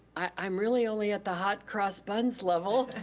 i'm really only at the hot-cross-buns level.